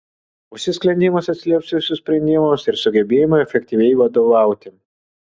užsisklendimas atsilieps jūsų sprendimams ir sugebėjimui efektyviai vadovauti